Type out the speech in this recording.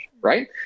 right